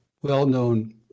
well-known